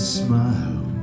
smile